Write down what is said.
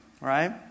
right